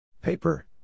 Paper